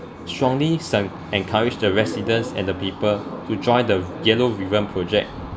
strongly encourage the residents and the people to join the yellow revamp project